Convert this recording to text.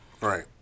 Right